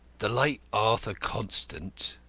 the late arthur constant,